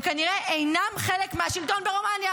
הם כנראה אינם חלק מהשלטון ברומניה.